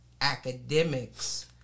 academics